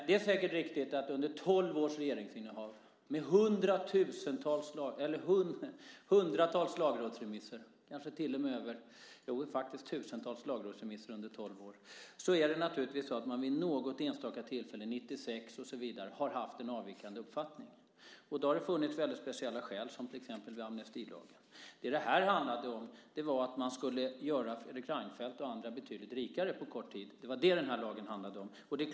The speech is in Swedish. Det är säkert riktigt att man under tolv års regeringsinnehav med hundratals, kanske tusentals, lagrådsremisser vid något enstaka tillfälle till exempel 1996, har haft en avvikande uppfattning. Då har det funnits väldigt speciella skäl, som till exempel vid amnestilagen. Det här handlade om att man skulle göra Fredrik Reinfeldt och andra betydligt rikare på kort tid. Det var det den här lagen handlade om.